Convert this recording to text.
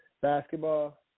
basketball